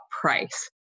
price